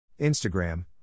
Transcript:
Instagram